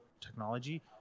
technology